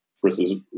Chris's